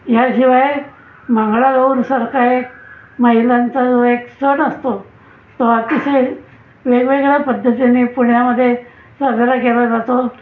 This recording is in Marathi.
ह्याशिवाय मंगळागौरसारखा एक महिलांचा जो एक सण असतो तो अतिशय वेगवेगळ्या पद्धतीने पुण्यामध्ये साजरा केला जातो